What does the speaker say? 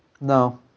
no